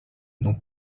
n’ont